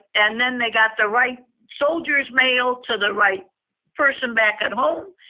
and then they got the right soldiers' mail to the right person back at home.